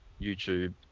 YouTube